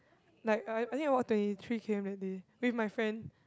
like I I think I walk twenty three k_m that day with my friend